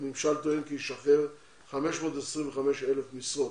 הממשל טוען כי ישחרר 525,000 משרות.